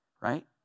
right